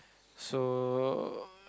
so